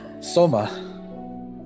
Soma